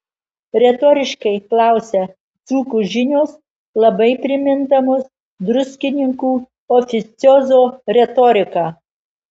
retoriškai klausia dzūkų žinios labai primindamos druskininkų oficiozo retoriką